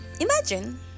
Imagine